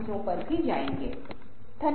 आपका बहुत धन्यवाद